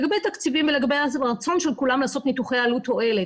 הרצון של כולם לעשות ניתוחי עלות-תועלת,